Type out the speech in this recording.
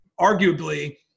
arguably